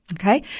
Okay